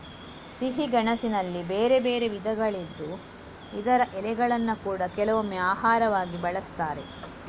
ಸಿಹಿ ಗೆಣಸಿನಲ್ಲಿ ಬೇರೆ ಬೇರೆ ವಿಧಗಳಿದ್ದು ಇದರ ಎಲೆಗಳನ್ನ ಕೂಡಾ ಕೆಲವೊಮ್ಮೆ ಆಹಾರವಾಗಿ ಬಳಸ್ತಾರೆ